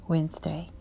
Wednesday